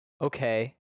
okay